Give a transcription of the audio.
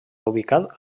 ubicat